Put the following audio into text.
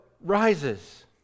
rises